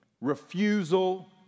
refusal